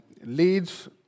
leads